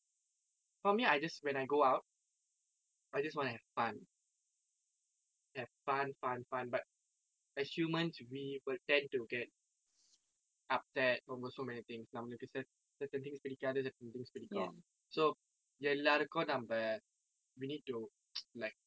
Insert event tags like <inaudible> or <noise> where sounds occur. for me I just when I go out I just want to have fun have fun fun fun but as human we will tend to get upset over so many things நம்மளுக்கு:nammalukku cert~ certain things பிடிக்காது:pidikaathu certain things பிடிக்கும்:pidikkum so எல்லோருக்கும் நம்ம:ellorukkum namma we need to <noise> like